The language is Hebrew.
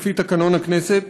לפי תקנון הכנסת,